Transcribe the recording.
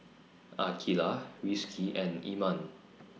Aqeelah Rizqi and Iman